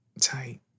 tight